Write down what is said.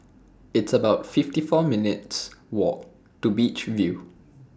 It's about fifty four minutes' Walk to Beach View